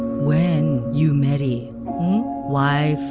when you marry? wife?